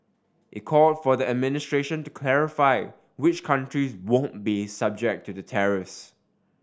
it called for the administration to clarify which countries won't be subject to the tariffs